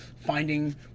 finding